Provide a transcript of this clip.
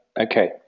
okay